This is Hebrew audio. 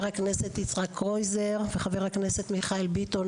הכנסת יצחק קרויזר וחבר הכנסת מיכאל ביטון,